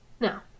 Now